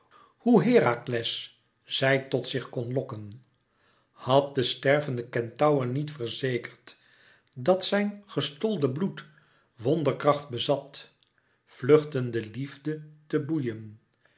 hoe herakles zij tot zich kon lokken had de stervende kentaur niet verzekerd dat zijn gestolde bloed wonderkracht bezat vluchtende liefde te boeien